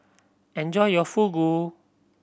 enjoy your Fugu